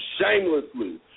shamelessly